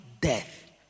death